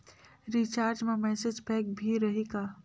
Recharge मा message pack भी रही का?